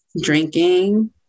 drinking